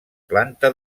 planta